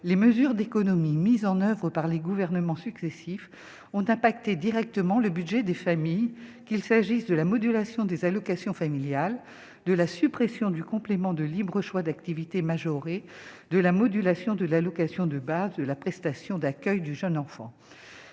les mesures d'économies mises en Oeuvres par les gouvernements successifs ont impacté directement le budget des familles qu'il s'agisse de la modulation des allocations familiales, de la suppression du complément de libre choix d'activité majoré de la modulation de l'allocation de base de la prestation d'accueil du jeune enfant,